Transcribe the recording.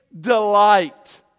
delight